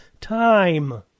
time